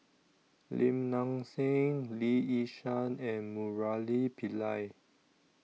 Lim Nang Seng Lee Yi Shyan and Murali Pillai